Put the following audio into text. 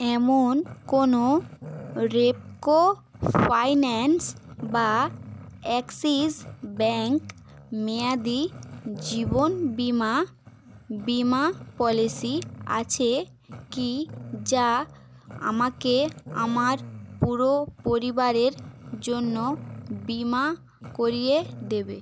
এমন কোনো রেপকো ফাইন্যান্স বা অ্যাক্সিস ব্যাঙ্ক মেয়াদি জীবন বিমা বিমা পলিসি আছে কি যা আমাকে আমার পুরো পরিবারের জন্য বিমা করিয়ে দেবে